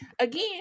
again